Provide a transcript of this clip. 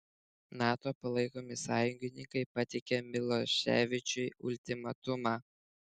nato palaikomi sąjungininkai pateikė miloševičiui ultimatumą